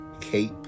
cape